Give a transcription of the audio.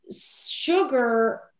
sugar